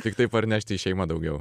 tiktai parnešti į šeimą daugiau